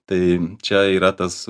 tai čia yra tas